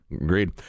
Agreed